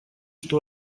что